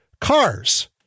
cars